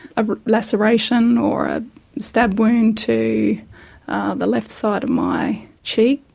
a laceration or a stab wound to the left side of my cheek,